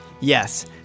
Yes